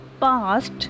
past